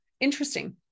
interesting